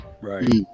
right